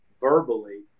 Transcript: verbally